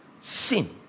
sin